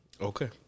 Okay